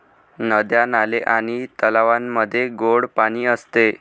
नद्या, नाले आणि तलावांमध्ये गोड पाणी असते